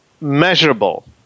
measurable